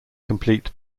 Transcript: complete